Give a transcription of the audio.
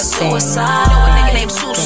Suicide